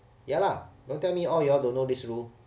ya lah don't tell me all you all don't know this rule